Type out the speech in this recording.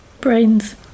brains